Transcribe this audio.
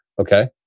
Okay